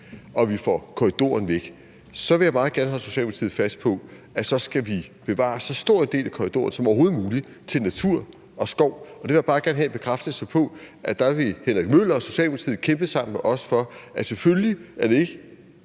når vi får korridoren væk, så vil jeg meget gerne holde Socialdemokratiet fast på, at vi skal bevare en så stor del af korridoren som overhovedet muligt til natur og skov. Og jeg vil bare gerne have en bekræftelse af, at der vil hr. Henrik Møller og Socialdemokratiet kæmpe sammen med os for, at det selvfølgelig ikke